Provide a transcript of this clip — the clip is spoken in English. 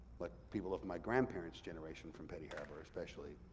like people of my grandparents' generation from petty harbour especially,